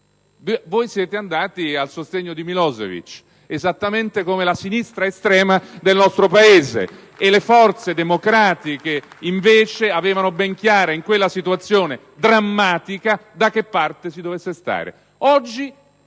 Voi siete andati a sostegno di Milosevic, esattamente come la sinistra estrema del nostro Paese! *(Applausi dal Gruppo PD).* Le forze democratiche, invece, avevano ben chiara in quella situazione drammatica da che parte si dovesse stare.